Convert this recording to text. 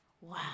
wow